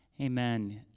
Amen